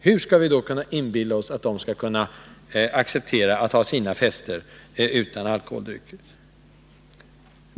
Hur kan vi då inbilla oss att de skall acceptera att ha sina fester utan alkoholdrycker?